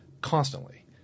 constantly